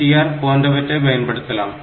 5 INTR போன்றவற்றை பயன்படுத்தலாம்